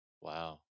Wow